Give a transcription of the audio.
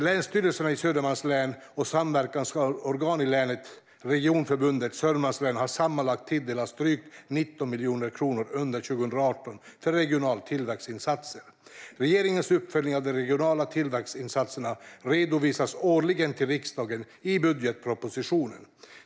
Länsstyrelsen i Södermanlands län och samverkansorganet i länet, Regionförbundet Sörmland, har sammanlagt tilldelats drygt 19 miljoner kronor under 2018 för regionala tillväxtinsatser. Regeringens uppföljning av de regionala tillväxtinsatserna redovisas årligen till riksdagen i budgetpropositionen.